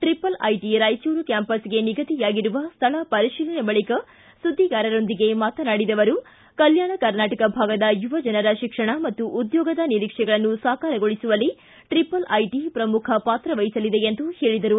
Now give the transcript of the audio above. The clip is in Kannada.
ಟ್ರಪಲ್ ಐಟಿ ರಾಯಚೂರು ಕ್ವಾಂಪಸ್ಗೆ ನಿಗದಿಯಾಗಿರುವ ಸ್ಥಳ ಪರಿಶೀಲನೆ ಬಳಕ ಸುದ್ದಿಗಾರರೊಂದಿಗೆ ಮಾತನಾಡಿದ ಅವರು ಕಲ್ಕಾಣ ಕರ್ನಾಟಕ ಭಾಗದ ಯುವಜನರ ಶಿಕ್ಷಣ ಮತ್ತು ಉದ್ಯೋಗದ ನಿರೀಕ್ಷೆಗಳನ್ನು ಸಾಕಾರಗೊಳಿಸುವಲ್ಲಿ ಟ್ರಿಪಲ್ ಐಟಿ ಪ್ರಮುಖ ಪಾತ್ರವಹಿಸಲಿದೆ ಎಂದರು